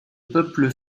peuple